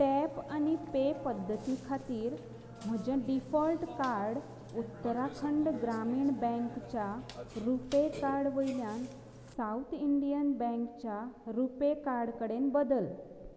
tap आनी pay पद्दती खातीर म्हजें डिफॉल्ट कार्ड उत्तराखंड ग्रामीण बँकच्या रुपे कार्ड वयल्यान साउथ इंडीयन बँकच्या रुपे कार्ड कडेन बदल